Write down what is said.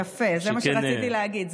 יפה, זה מה שרציתי להגיד.